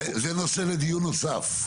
זה נושא לדיון נוסף.